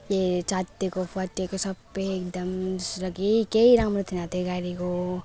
यो च्यातिएको फाटेको सबै एकदम सबै केही राम्रो थिएन त्यो गाडीको